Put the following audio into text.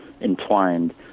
entwined